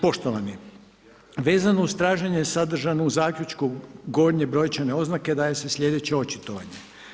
Poštovani, vezano uz traženje sadržano u zaključku gornje brojčane oznake daje se slijedeće očitovanje.